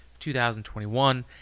2021